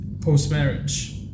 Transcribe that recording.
post-marriage